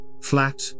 flat